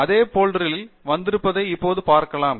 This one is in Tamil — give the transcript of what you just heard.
அதே போல்டரில் வந்திருப்பதை இப்போது பார்க்கலாம்